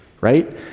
right